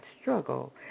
struggle